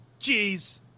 Jeez